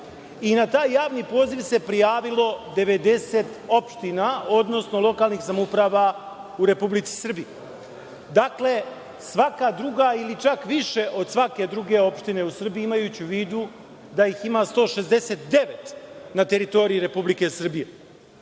Na taj javni poziv se prijavilo 90 opština, odnosno lokalnih samouprava u Republici Srbiji. Dakle, svaka druga ili čak više od svake druge opštine u Srbiji, imajući u vidu da ih ima 169 na teritoriji Republike Srbije. Dalje,